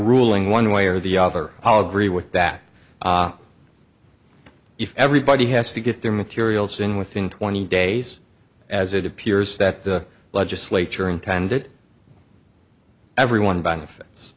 ruling one way or the other i'll agree with that if everybody has to get their materials in within twenty days as it appears that the legislature intended everyone benefits